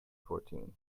fourteen